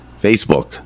Facebook